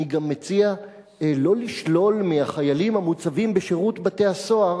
אני גם מציע שלא לשלול מהחיילים המוצבים בשירות בתי-הסוהר